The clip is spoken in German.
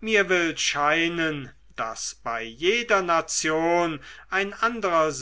mir will scheinen daß bei jeder nation ein anderer